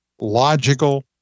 logical